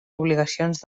obligacions